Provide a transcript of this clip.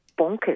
bonkers